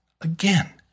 Again